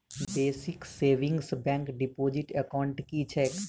Basic savings bank deposit account की छैक?